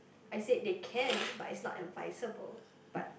I said they can but it's not advisable but